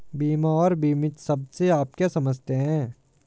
बीमा और बीमित शब्द से आप क्या समझते हैं?